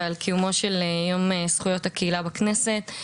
ועל קיומו של יום זכויות הקהילה בכנסת.